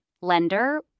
lender